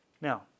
Now